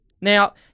Now